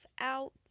out